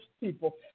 people